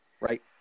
Right